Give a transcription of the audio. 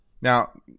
Now